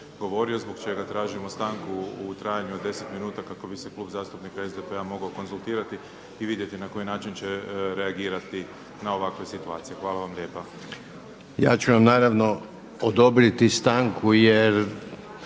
govorio zbog čega tražimo stanku u trajanju od deset minuta kako bi se Klub zastupnika SDP-a mogao konzultirati i vidjeti na koji način će reagirati na ovakve situacije. Hvala vam lijepa. **Reiner, Željko (HDZ)** Ja ću vam naravno odobriti stanku jer